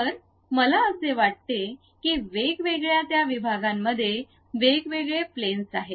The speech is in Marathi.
तर मला असे वाटते की वेगवेगळे त्या विभागांमध्ये वेगवेगळे प्लॅन्स आहेत